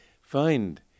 find